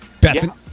Bethany